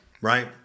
right